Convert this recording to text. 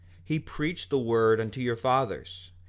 he preached the word unto your fathers,